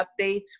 updates